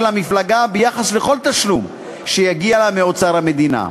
המפלגה ביחס לכל תשלום שיגיע לה מאוצר המדינה.